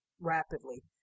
rapidly